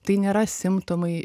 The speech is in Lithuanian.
tai nėra simptomai